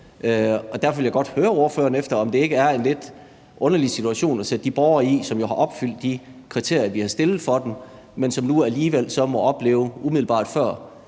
derfor vil jeg godt høre ordføreren, om ikke det er en lidt underlig situation at sætte de borgere i, som jo har opfyldt de kriterier, vi har stillet for dem, men som nu alligevel, umiddelbart før